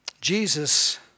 Jesus